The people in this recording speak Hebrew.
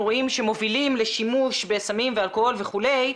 רואים שמובילים לשימוש בסמים ואלכוהול וכו',